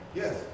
yes